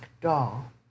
doll